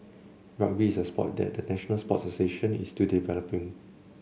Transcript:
rugby is a sport that the national sports association is still developing